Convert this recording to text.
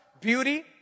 beauty